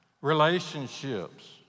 relationships